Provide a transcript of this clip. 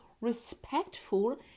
respectful